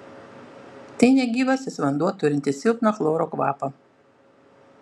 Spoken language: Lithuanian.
tai negyvasis vanduo turintis silpną chloro kvapą